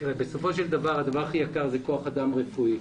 בסופו של דבר הדבר הכי יקר זה כוח אדם רפואי.